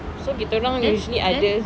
so kita orang usually ada